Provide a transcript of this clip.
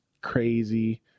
crazy